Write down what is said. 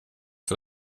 för